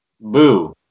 Boo